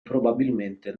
probabilmente